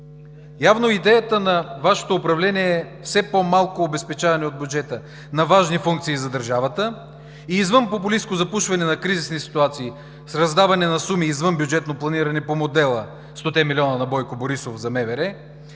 Явно идеята на Вашето управление е: все по-малко обезпечаване от бюджета на важни функции за държавата и извънпопулистко запушване на кризисни ситуации с раздаване на суми, извънбюджетно планирани по модела – 100-те милиона на Бойко Борисов за МВР.